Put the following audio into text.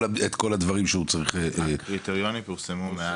הדברים שהוא צריך --- הקריטריונים פורסמו.